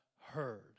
heard